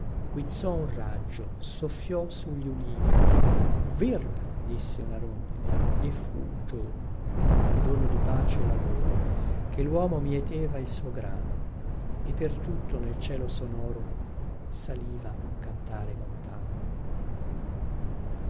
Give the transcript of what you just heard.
un raggio soffio su gli ulivi virb disse una rondine e fu giorno un giorno di pace e lavoro che luomo mieteva il suo grano e per tutto nel cielo sonoro saliva un cantare lontano